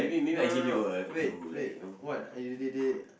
no no no wait wait what they they they